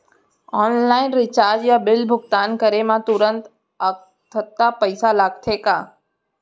Online recharge या bill भुगतान करे मा तुरंत अक्तहा पइसा लागथे का?